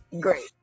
great